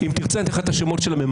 אם תרצה אתן לך את שמות המממנים.